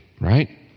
right